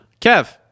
Kev